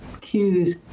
cues